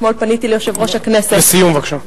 אתמול פניתי אל יושב-ראש הכנסת, לסיום בבקשה.